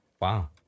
Wow